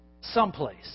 someplace